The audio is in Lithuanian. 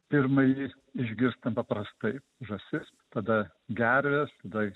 pirmąjį išgirstam paprastai žąsis tada gerves tada